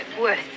worth